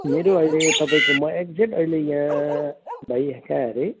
मेरो अहिले तपाईँको म एक्जेक्ट अहिले यहाँ भाइ यहाँ कहाँ अरे